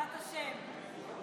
בעזרת השם.